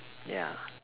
ya